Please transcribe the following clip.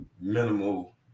minimal